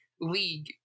League